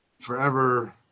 forever